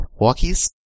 Walkies